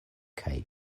kaj